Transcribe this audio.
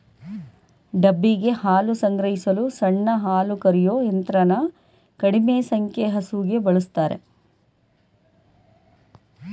ಡಬ್ಬಿಗೆ ಹಾಲು ಸಂಗ್ರಹಿಸಲು ಸಣ್ಣ ಹಾಲುಕರೆಯೋ ಯಂತ್ರನ ಕಡಿಮೆ ಸಂಖ್ಯೆ ಹಸುಗೆ ಬಳುಸ್ತಾರೆ